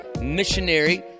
missionary